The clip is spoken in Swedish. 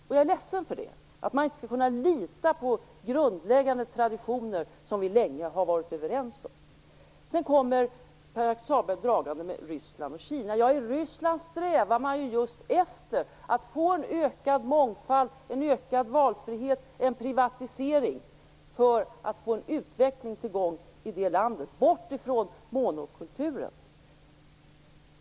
Och jag är ledsen för att man inte skall kunna lita på grundläggande traditioner som vi länge har varit överens om. Sedan kommer Pär-Axel Sahlberg dragande med Ryssland och Kina. Ja, i Ryssland strävar man ju just efter att få en ökad mångfald, en ökad valfrihet och en privatisering för att få en utveckling till stånd i landet. Man vill ju bort ifrån monokulturen.